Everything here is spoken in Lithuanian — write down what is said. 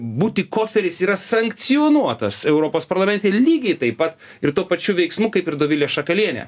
butikoferis yra sankcionuotas europos parlamente lygiai taip pat ir tuo pačiu veiksmu kaip ir dovilė šakalienė